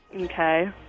Okay